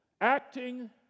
acting